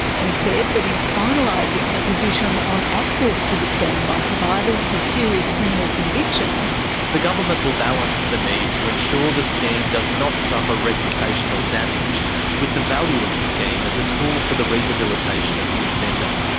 and said that in finalising the position on access to the scheme by survivors with serious criminal convictions reading the government will balance the need to ensure the scheme does not suffer reputational damage with the value of the scheme as a tool for the rehabilitation of the offender.